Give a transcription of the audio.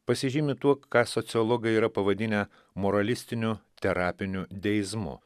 pasižymi tuo ką sociologai yra pavadinę moralistiniu terapiniu teizmu